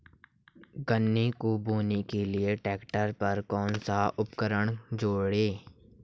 गन्ने को बोने के लिये ट्रैक्टर पर कौन सा उपकरण जोड़ें?